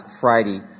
Friday